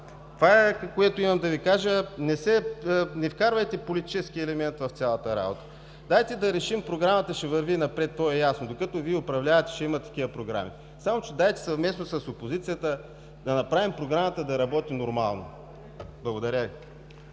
Това е, което имам да Ви кажа. Не вкарвайте политически елемент в цялата работа. Програмата ще върви напред, то е ясно. Докато Вие управлявате, ще има такива програми. Само че дайте съвместно с опозицията да направим Програмата да работи нормално. Благодаря Ви.